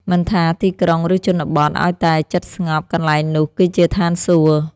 មិនថាទីក្រុង ឬជនបទ ឱ្យតែចិត្តស្ងប់ កន្លែងនោះគឺជាឋានសួគ៌។